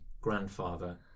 grandfather